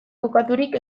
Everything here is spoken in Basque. kokaturik